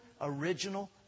original